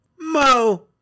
Mo